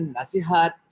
nasihat